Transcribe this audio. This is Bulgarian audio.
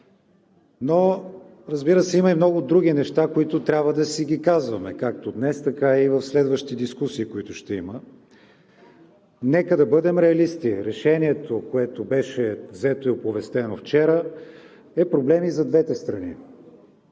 Но, разбира се, има и много други неща, които трябва да си ги казваме както днес, така и в следващите дискусии, които ще има. Нека да бъдем реалисти. Решението, което беше взето и оповестено вчера, е проблем и за двете страни.